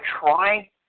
try